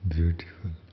Beautiful